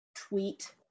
tweet